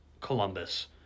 Columbus